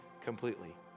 completely